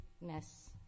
ness